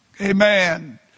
Amen